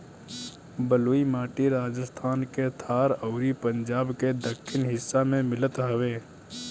बलुई माटी राजस्थान के थार अउरी पंजाब के दक्खिन हिस्सा में मिलत हवे